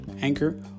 Anchor